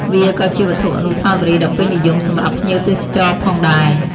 វាក៏ជាវត្ថុអនុស្សាវរីយ៍ដ៏ពេញនិយមសម្រាប់ភ្ញៀវទេសចរផងដែរ។